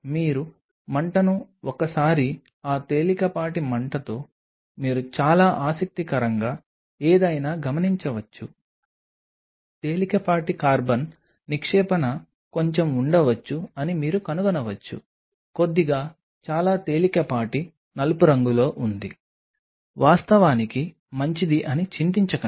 మీరు మంటను ఒకసారి ఆ తేలికపాటి మంటతో మీరు చాలా ఆసక్తికరంగా ఏదైనా గమనించవచ్చు తేలికపాటి కార్బన్ నిక్షేపణ కొంచెం ఉండవచ్చు అని మీరు కనుగొనవచ్చు కొద్దిగా చాలా తేలికపాటి నలుపు రంగులో ఉంది వాస్తవానికి మంచిది అని చింతించకండి